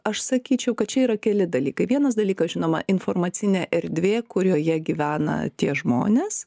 aš sakyčiau kad čia yra keli dalykai vienas dalykas žinoma informacinė erdvė kurioje gyvena tie žmonės